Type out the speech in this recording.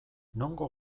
nongo